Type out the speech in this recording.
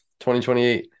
2028